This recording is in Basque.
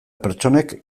pertsonek